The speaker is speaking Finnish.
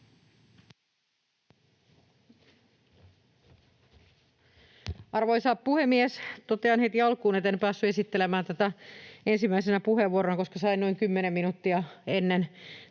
Arvoisa puhemies! Totean heti alkuun, että en päässyt esittelemään tätä ensimmäisenä puheenvuorona, koska sain noin 10 minuuttia ennen